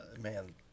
man